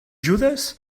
judes